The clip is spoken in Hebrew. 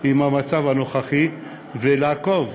עם המצב הנוכחי ולעקוב.